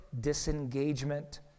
disengagement